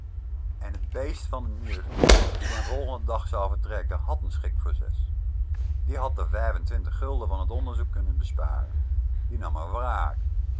en t beest van n juf die den volgenden dag zou vertrekken had n schik voor zes die had de vijf en twintig gulden van t onderzoek kunnen besparen die nam